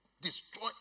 Destroy